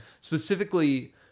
specifically